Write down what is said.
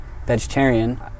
Vegetarian